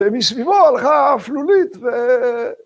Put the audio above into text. ‫ומסביבו, הלכה האפלולית ו...